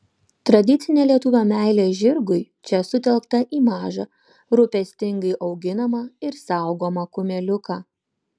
tradicinė lietuvio meilė žirgui čia sutelkta į mažą rūpestingai auginamą ir saugomą kumeliuką